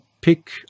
pick